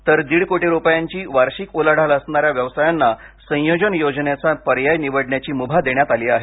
तर दीड कोटी रुपयांची वार्षिक उलाढाल असणाऱ्या व्यवसायांना संयोजन योजनेचा पर्याय निवडण्याची मुभा देण्यात आली आहे